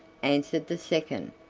answered the second,